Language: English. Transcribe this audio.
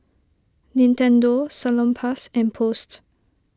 Nintendo Salonpas and Post